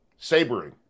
Sabering